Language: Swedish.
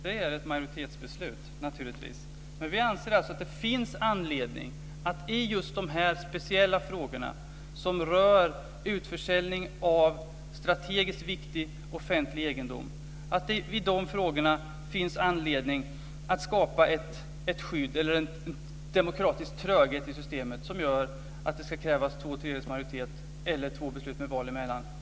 Fru talman! Det är naturligtvis ett majoritetsbeslut. Men vi anser att det finns anledning just i dessa speciella frågor som rör utförsäljning av strategiskt viktig offentlig egendom att skapa ett skydd eller en demokratisk tröghet i systemet som gör att det ska krävas två tredjedels majoritet eller två beslut med val emellan.